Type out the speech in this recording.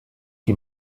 die